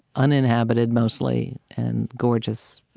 uninhabited, mostly, and gorgeous,